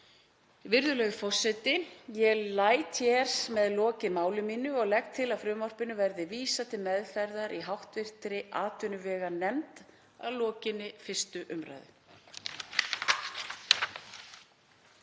Virðulegur forseti. Ég læt hér með lokið máli mínu og legg til að frumvarpinu verði vísað til meðferðar í hv. atvinnuveganefnd að lokinni 1. umræðu.